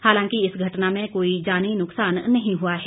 हालांकि इस घटना में कोई जानी नुकसान नहीं हुआ है